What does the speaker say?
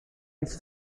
its